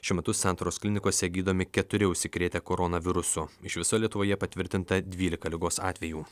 šiuo metu santaros klinikose gydomi keturi užsikrėtę koronavirusu iš viso lietuvoje patvirtinta dvylika ligos atvejų